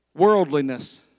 worldliness